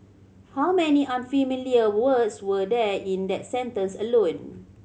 how many unfamiliar words were there in that sentence alone